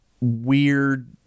weird